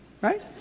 right